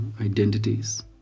identities